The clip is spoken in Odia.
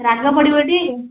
ରାଗ ପଡ଼ିବଟି